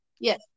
yes